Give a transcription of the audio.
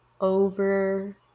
over